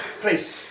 Please